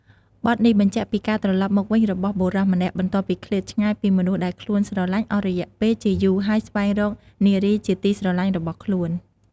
បទនេះបញ្ចាក់ពីការត្រឡប់មកវិញរបស់បុរសម្នាក់ បន្ទាប់ពីឃ្លាតឆ្ងាយពីមនុស្សដែលខ្លួនស្រលាញ់អស់រយៈពេលជាយូរ ហើយស្វែងរកនារីជាទីស្រឡាញ់របស់ខ្លួន។